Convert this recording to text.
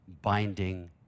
binding